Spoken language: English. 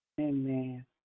Amen